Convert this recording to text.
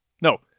No